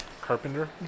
carpenter